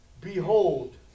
Behold